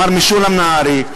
מר משולם נהרי,